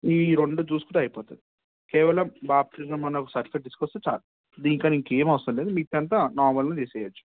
ఈ రెండు చూసుకుంటే అయిపోతుంది కేవలం బాప్టిజం అన్న ఒక సర్టిఫికెట్ తీసుకు వస్తే చాలు దీనికన్నా ఇంకేం అవసరం లేదు మిగతాది అంతా నార్మల్గా చేయవచ్చు